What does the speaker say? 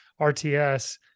RTS